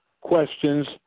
questions